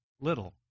little